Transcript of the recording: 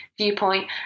viewpoint